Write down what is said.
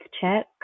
check